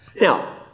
Now